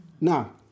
Now